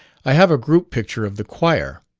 i have a group-picture of the choir.